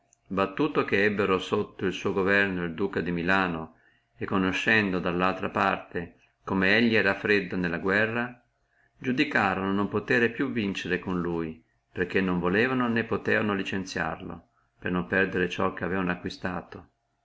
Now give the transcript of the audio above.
battuto che ebbono sotto il suo governo el duca di milano e conoscendo da altra parte come elli era raffreddo nella guerra iudicorono con lui non potere più vincere perché non voleva né potere licenziarlo per non riperdere ciò che aveano acquistato